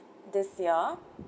this year